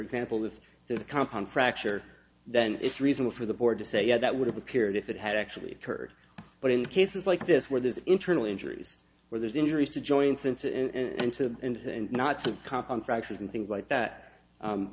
example with this compound fracture then it's reasonable for the board to say yeah that would have appeared if it had actually occurred but in cases like this where there's internal injuries where there's injuries to join since and to and not to count on fractures and things like that